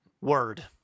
Word